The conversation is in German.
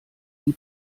die